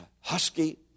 husky